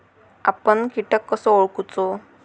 आपन कीटक कसो ओळखूचो?